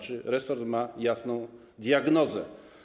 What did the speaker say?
Czy resort ma jasną diagnozę?